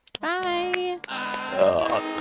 Bye